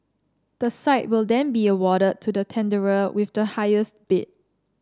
the site will then be awarded to the tenderer with the highest bid